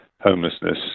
homelessness